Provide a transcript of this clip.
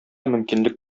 мөмкинлек